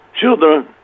children